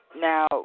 Now